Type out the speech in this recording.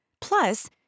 plus